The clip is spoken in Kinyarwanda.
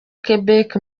quebec